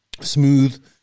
smooth